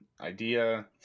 idea